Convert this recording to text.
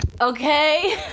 Okay